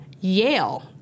Yale